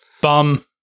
Bum